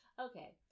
okay